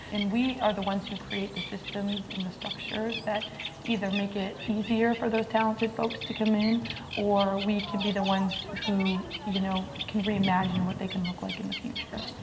and we are the ones who create the systems and the structures that either make it easier for those talented folks to come in or we can be the ones who who you know can reimagine what they can look like in the future.